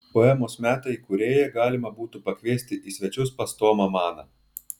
poemos metai kūrėją galima būtų pakviesti į svečius pas tomą maną